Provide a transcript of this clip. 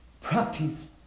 practice